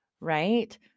right